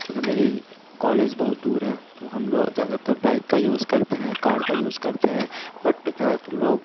اگر میری کالز بہت دور ہے تو ہم لوگ زیادہ تر بائک کا یوز کرتے ہیں کاڑ کا یوز کرتے ہیں بٹ زیادہ تر لوگ